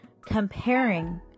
comparing